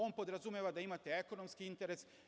On podrazumeva da imate ekonomski interes.